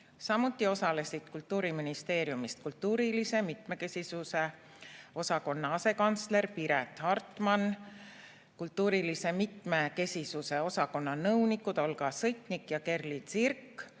Samuti osalesid Kultuuriministeeriumist kultuurilise mitmekesisuse asekantsler Piret Hartman, kultuurilise mitmekesisuse osakonna nõunikud Olga Sõtnik ja Kerli Zirk,